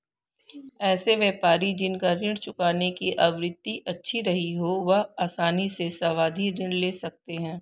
ऐसे व्यापारी जिन का ऋण चुकाने की आवृत्ति अच्छी रही हो वह आसानी से सावधि ऋण ले सकते हैं